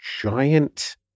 giant